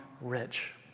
rich